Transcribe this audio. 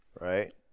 right